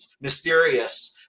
mysterious